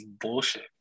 bullshit